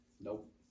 nope